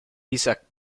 isaac